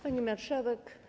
Pani Marszałek!